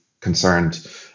concerned